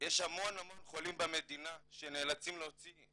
מישהו יודע מה המחלה שלי -- סליחה שאני מפסיקה אותך.